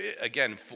again